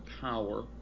power